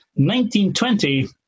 1920